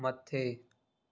मथे